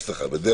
יש לך, ברך כלל.